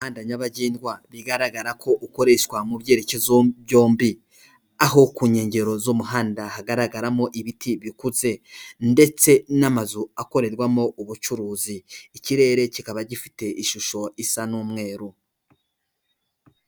Umuhanda nyabagendwa bigaragara ko ukoreshwa mu byerekezo byombi, aho ku nkengero z'umuhanda hagaragaramo ibiti bikutse ndetse n'amazu akorerwamo ubucuruzi, ikirere kikaba gifite ishusho isa n'umweru.